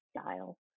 style